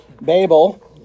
Babel